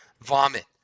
vomit